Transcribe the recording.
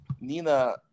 Nina